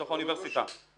לתוך האוניברסיטה.